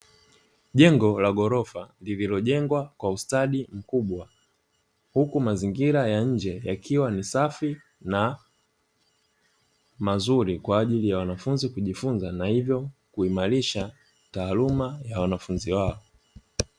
Jengo la ghorofa lililojengwa kwa study mkubwa, huku mazingira ya nje yakiwa ni safi na mazuri kwa ajili ya wanafunzi kujifunza na hivyo kuimarisha taaluma ya wanafunzi hao.